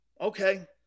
Okay